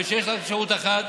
ושיש רק אפשרות אחת,